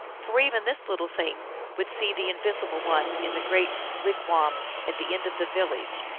for even this little thing would see the invisible one in the great wigwam at the end of the village.